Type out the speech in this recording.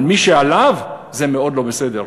על מי שמעליו, זה מאוד לא בסדר.